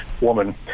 woman